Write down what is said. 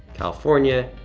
california.